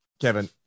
Kevin